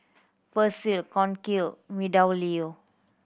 Persil Cornell MeadowLea